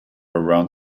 around